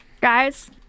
guys